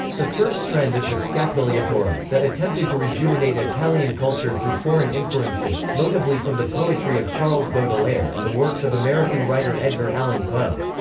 the first trend is the scapigliatura, that attempted to rejuvenate italian culture through foreign influences, notably from the poetry of charles baudelaire and the works of american writer edgar allan poe.